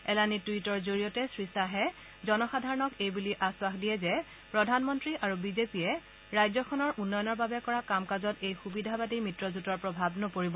এলানি টুইটৰ জৰিয়তে শ্ৰীয়াহে জনসাধাৰণক এইবুলি আয়াস দিয়ে যে প্ৰধানমন্ত্ৰী আৰু বিজেপিয়ে ৰাজ্যখনৰ উন্নয়নৰ বাবে কৰা কাম কাজত এই সুবিধাবাদী মিত্ৰজোঁটৰ প্ৰভাৱ নপৰিব